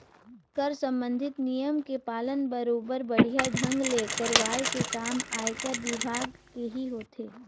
कर संबंधित नियम के पालन बरोबर बड़िहा ढंग ले करवाये के काम आयकर विभाग केही होथे